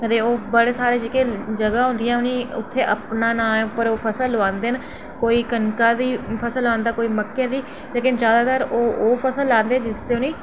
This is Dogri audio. अदे ओह् बड़े सारे जेह्के जगहां होंदियां न उत्थै अपना फसल उगांदे न कोई कनका दी फसल लांदा कोई मक्के दी ते जादातर ओह् ओह् फसल लांदे जिसी